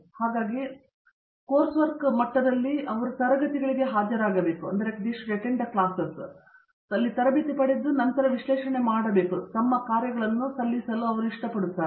ಹಾಗಾಗಿ ತರಗತಿಗಳಿಗೆ ಹಾಜರಾಗಲು ಆ ಹಂತವನ್ನು ಪಡೆಯಲು ಮತ್ತು ನಂತರ ವಿಶ್ಲೇಷಣೆ ಮಾಡುವುದನ್ನು ಮತ್ತು ನಂತರ ಕಾರ್ಯಗಳನ್ನು ಸಲ್ಲಿಸಲು ಅವರು ಏರಲು ಇಷ್ಟಪಡುತ್ತಾರೆ